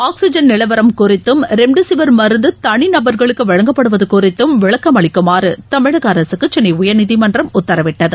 oxygen நிலவரம் குறித்தும் remdesivir மருந்துதனிநபர்களுக்குவழங்கப்படுவதுகறித்தும் விளக்கம் அளிக்குமாறுதமிழகஅரசுக்குசென்னைஉயர்நீதிமன்றம் உத்தரவிட்டது